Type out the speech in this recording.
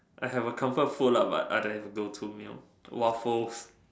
I have a comfort food lah but I don't have a go to meal waffles